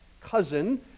cousin